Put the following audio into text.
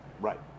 right